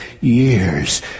years